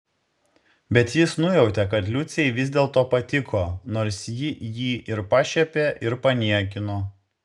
bet jis nujautė kad liucei vis dėlto patiko nors ji jį ir pašiepė ir paniekino